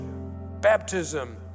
baptism